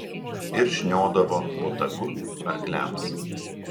ir šniodavo botagu arkliams